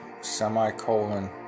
semicolon